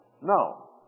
no